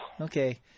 Okay